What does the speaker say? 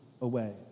away